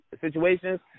Situations